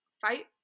fight